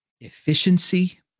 efficiency